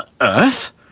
Earth